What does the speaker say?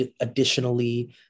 additionally